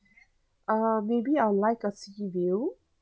uh maybe I'd like a sea view